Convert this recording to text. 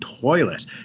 toilet